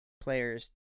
players